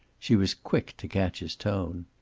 she was quick to catch his tone.